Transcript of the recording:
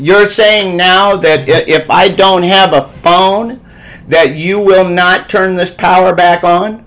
you're saying now that if i don't have a phone that you will not turn the power back on